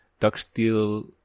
Darksteel